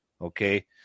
Okay